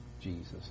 Jesus